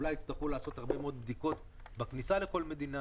אולי יצטרכו לעשות הרבה מאוד בדיקות בכניסה לכל מדינה.